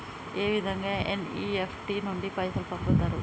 ఏ విధంగా ఎన్.ఇ.ఎఫ్.టి నుండి పైసలు పంపుతరు?